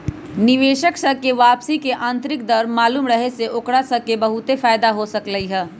निवेशक स के वापसी के आंतरिक दर मालूम रहे से ओकरा स ला बहुते फाएदा हो सकलई ह